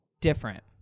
different